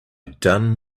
done